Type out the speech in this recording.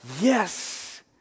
yes